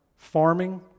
farming